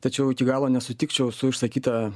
tačiau iki galo nesutikčiau su išsakyta